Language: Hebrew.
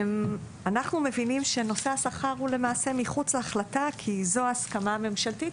אנחנו מבינים שנושא השכר הוא למעשה מחוץ להחלטה כי זו ההסכמה הממשלתית,